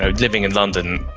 ah living in london,